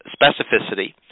specificity